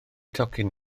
tocyn